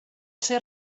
ser